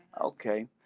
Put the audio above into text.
okay